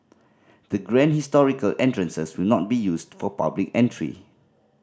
the grand historical entrances will not be used for public entry